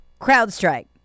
CrowdStrike